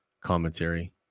commentary